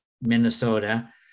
Minnesota